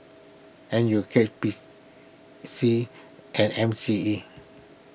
N U K B C and M C E